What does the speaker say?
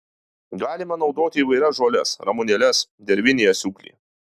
galima naudoti įvairias žoles ramunėles dirvinį asiūklį